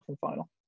final